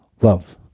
love